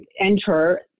enter